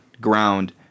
ground